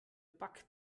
backt